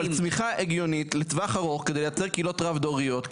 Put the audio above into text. אבל צמיחה הגיונית לטווח ארוך כדי לייצר קהילות רב דוריות,